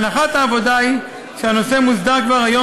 הנחת העבודה היא שהנושא מוסדר כבר היום